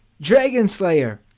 Dragonslayer